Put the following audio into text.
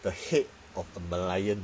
the head of the merlion